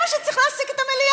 זה?